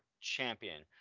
champion